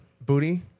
Booty